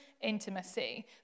intimacy